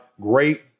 Great